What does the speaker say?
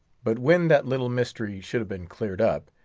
but when that little mystery should have been cleared up,